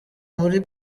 muli